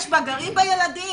גרים בה ילדים.